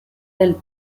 del